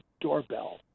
doorbell